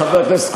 חבר הכנסת שטרן,